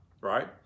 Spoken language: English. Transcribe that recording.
right